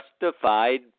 justified